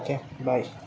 okay bye